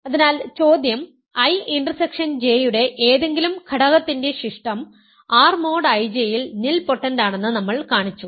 അതിനാൽ ചോദ്യം I intersection J യുടെ ഏതെങ്കിലും ഘടകത്തിന്റെ ശിഷ്ടം R മോഡ് IJ യിൽ നിൽപോട്ടന്റാണെന്ന് നമ്മൾ കാണിച്ചു